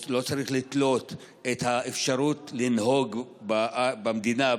או לא צריך לתלות את האפשרות לנהוג במדינה,